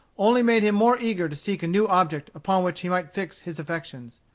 only made him more eager to seek a new object upon which he might fix his affections.